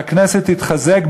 שהכנסת תתחזק,